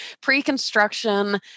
pre-construction